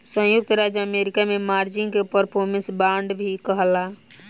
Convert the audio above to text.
संयुक्त राज्य अमेरिका में मार्जिन के परफॉर्मेंस बांड भी कहाला